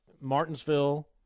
Martinsville